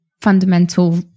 fundamental